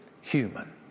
human